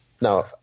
now